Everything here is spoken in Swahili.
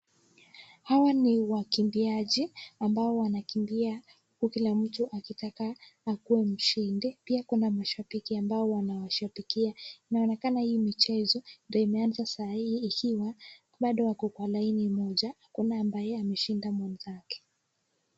Hawa ni wakimbiaji ambao wanakimbia uku kila mtu akitaka akue mshindi. Pia kuna mashambiki ambao wanawashambikia. Inaonekana hii michezo ndio imeaza saa hii ikiwa bado wako kwa laini moja hakuna ambaye ameshinda mwenzake.